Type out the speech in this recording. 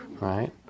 right